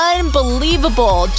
Unbelievable